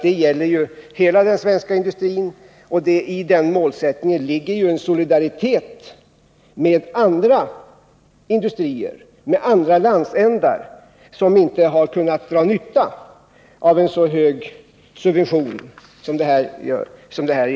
Den gäller hela den svenska industrin, och i den målsättningen ligger en solidaritet med andra industrier, med andra landsändar som inte har kunnat dra nytta av en så hög subvention som det här är fråga om.